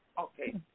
Okay